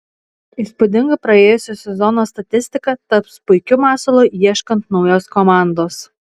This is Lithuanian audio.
įspūdinga praėjusio sezono statistika taps puikiu masalu ieškant naujos komandos